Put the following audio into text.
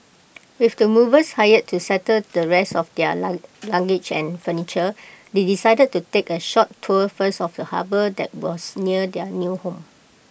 with the movers hired to settle the rest of their luggage and furniture they decided to take A short tour first of the harbour that was near their new home